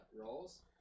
rolls